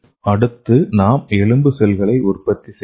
அடுத்து நாம் எலும்பு செல்களை உற்பத்தி செய்யலாம்